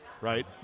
right